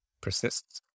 persists